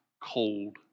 cold